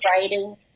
writing